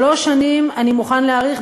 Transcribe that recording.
שלוש שנים אני מוכן להאריך,